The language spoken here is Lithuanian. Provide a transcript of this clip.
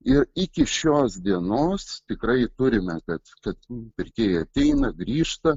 ir iki šios dienos tikrai turime kad kad pirkėjai ateina grįžta